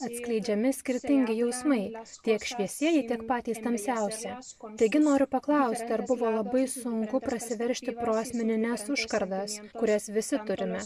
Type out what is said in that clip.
atskleidžiami skirtingi jausmai tiek šviesieji tiek patys tamsiausi taigi noriu paklausti ar buvo labai sunku prasiveržti pro asmenines užkardas kurias visi turime